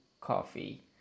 coffee